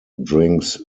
drinks